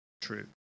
true